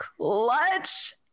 clutch